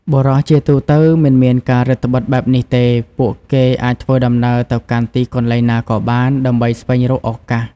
បុរសជាទូទៅមិនមានការរឹតត្បិតបែបនេះទេ ពួកគេអាចធ្វើដំណើរទៅកាន់ទីកន្លែងណាក៏បានដើម្បីស្វែងរកឱកាស។